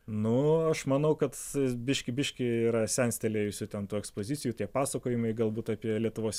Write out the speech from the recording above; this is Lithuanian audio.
nu aš manau kad biškį biškį yra senstelėjusių ten tų pozicijų tie pasakojimai galbūt apie lietuvos